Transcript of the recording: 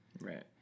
Right